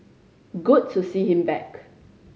good to see him back